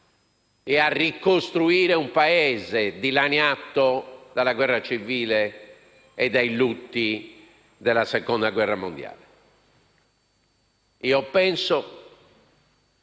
e a ricostruire un Paese dilaniato dalla guerra civile e dai lutti della Seconda guerra mondiale. Io penso